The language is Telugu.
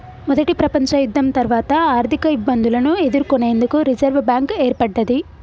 మొదటి ప్రపంచయుద్ధం తర్వాత ఆర్థికఇబ్బందులను ఎదుర్కొనేందుకు రిజర్వ్ బ్యాంక్ ఏర్పడ్డది